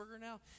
now